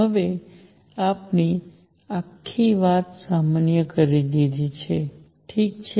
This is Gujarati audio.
હવે આપણે આખી વાત સામાન્ય કરી દીધી છે ઠીક છે